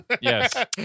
Yes